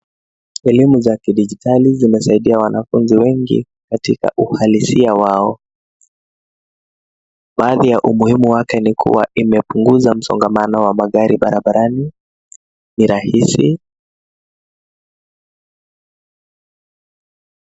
Elimu za kidijitali zimesaidia wanafunzi wengi katika uhalisia wao, baadhi ya umuhimu wake ni kuwa imepunguza msongamano wa magari barabarani ni rahisi.